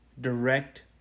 direct